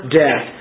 death